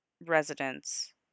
residents